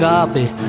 Coffee